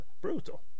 brutal